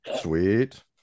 Sweet